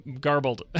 garbled